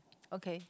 okay